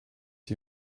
die